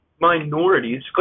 minorities